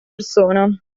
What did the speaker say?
persona